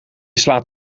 slaat